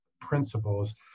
principles